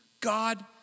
God